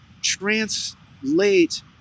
translate